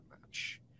match